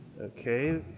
okay